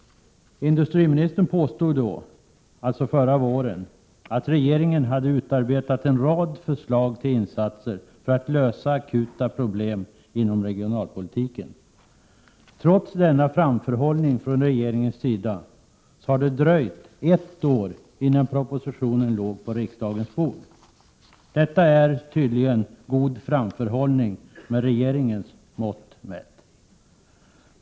Industriministern påstod i våras att regeringen hade utarbetat en rad förslag till insatser för att lösa akuta problem inom regionalpolitiken. Trots denna framförhållning från regeringens sida har det dröjt ett år innan propositionen låg på riksdagens bord. Detta är tydligen god framförhållning med regeringens mått mätt.